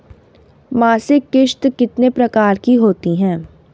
मासिक किश्त कितने प्रकार की होती है?